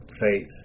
faith